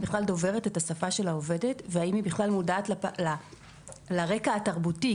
בכלל דוברת את השפה של העובדת והאם היא בכלל מודעת לרקע התרבותי?